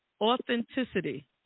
Authenticity